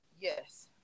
yes